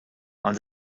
and